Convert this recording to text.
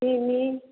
सिमी